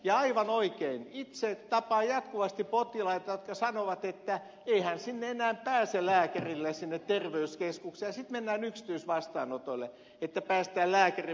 ja aivan oikein itse tapaan jatkuvasti potilaita jotka sanovat että eihän lääkärille enää pääse sinne terveyskeskukseen ja sitten mennään yksityisvastaanotoille että päästään lääkärin vastaanotolle